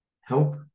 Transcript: help